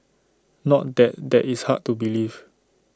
not that that is hard to believe